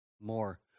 more